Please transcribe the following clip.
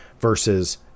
versus